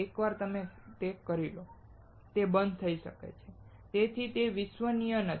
એકવાર તમે તે કરી લો તે બંધ થઈ શકે છે તેથી તે વિશ્વસનીય નથી